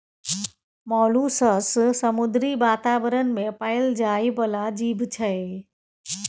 molluscs समुद्री बातावरण मे पाएल जाइ बला जीब छै